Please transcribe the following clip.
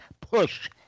push